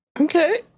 Okay